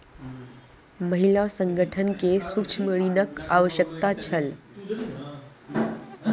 महिला संगठन के सूक्ष्म ऋणक आवश्यकता छल